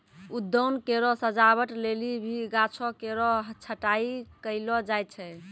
उद्यान केरो सजावट लेलि भी गाछो केरो छटाई कयलो जाय छै